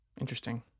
Interesting